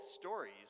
stories